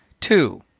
two